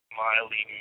Smiley